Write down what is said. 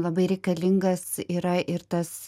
labai reikalingas yra ir tas